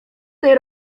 tej